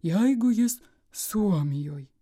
jeigu jis suomijoj